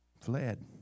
fled